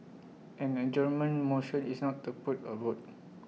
an adjournment motion is not to put A vote